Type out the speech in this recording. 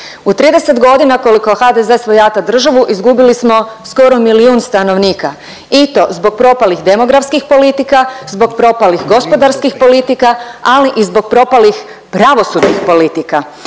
U 30 godina koliko HDZ svojata državu izgubili smo skoro milijun stanovnika i to zbog propalih demografskih politika, zbog propalih gospodarskih politika, ali i zbog propalih pravosudnih politika.